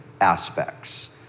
aspects